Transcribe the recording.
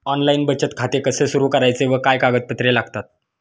Online बचत खाते कसे सुरू करायचे व काय कागदपत्रे लागतात?